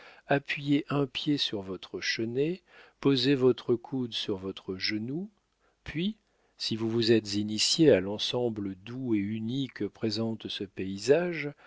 appuyez un pied sur votre chenet posez votre coude sur votre genou puis si vous vous êtes initié à l'ensemble doux et uni que présentent ce paysage